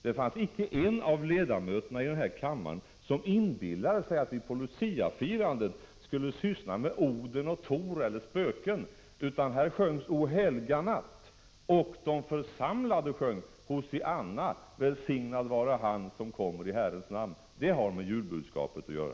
Det fanns icke en av ledamöterna i denna kammare som inbillade sig att vi vid Luciafirandet skulle syssla med Oden och Tor eller spöken, utan här sjöngs O, helga natt. De församlade sjöng Hosianna, välsignad vare han som kommer i Herrens namn. Det har med julbudskapet att göra!